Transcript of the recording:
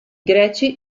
greci